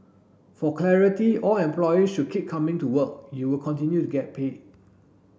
for clarity all employees should keep coming to work you will continue to get paid